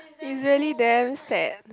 is really damn sad